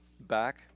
back